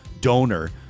donor